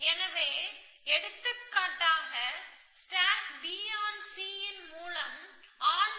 எனவே எடுத்துக்காட்டாக stack B on C ன் மூலம் ஆன் B C கிடைக்கிறது